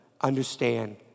understand